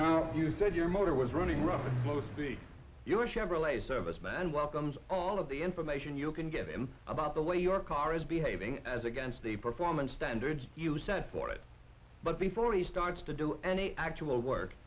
to you said your motor was running rough your chevrolet serviceman welcomes all of the information you can get about the way your car is behaving as against the performance standards you set for it but before he starts to do any actual work